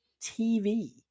TV